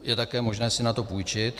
Je také možné si na to půjčit.